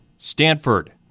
Stanford